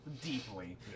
deeply